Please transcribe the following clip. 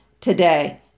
today